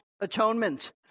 atonement